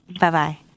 Bye-bye